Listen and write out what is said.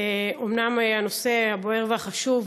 אומנם הנושא הבוער והחשוב